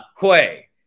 Quay